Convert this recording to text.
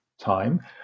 time